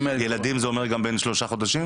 האלה --- ילדים זה אומר גם שלושה חודשים?